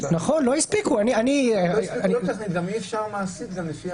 חודש אישרו להם לקבל את החיסון הראשון.